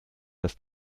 das